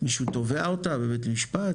מישהו תובע אותה בבית משפט?